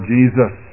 Jesus